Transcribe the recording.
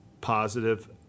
positive